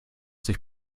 sich